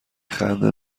خنده